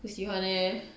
不喜欢 leh